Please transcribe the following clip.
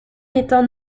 étant